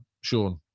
Sean